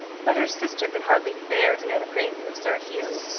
but her sister could hardly bear to hear the praises of sir hugh.